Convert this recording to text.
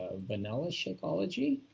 ah vanilla shakeology.